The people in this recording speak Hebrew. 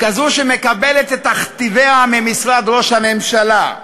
כזו שמקבלת את תכתיביה ממשרד ראש הממשלה,